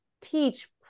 teach